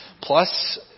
Plus